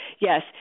yes